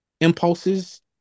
impulses